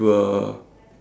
will